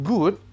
Good